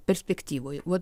perspektyvoj va